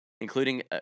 including